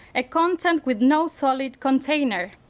a content with no solid container.